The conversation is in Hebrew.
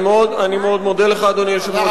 אני מאוד מודה לך, אדוני היושב-ראש.